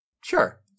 Sure